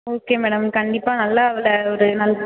okay madam கண்டிப்பாக நல்லா அவளை ஒரு